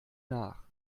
nach